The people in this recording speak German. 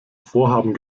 vorhaben